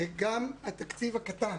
שגם התקציב הקטן